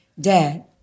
dad